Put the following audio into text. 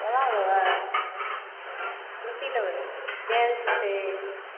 पलङ्ग लेबै कुर्सी लेबै बेंच छै